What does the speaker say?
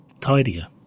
tidier